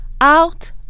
out